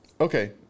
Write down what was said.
Okay